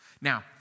Now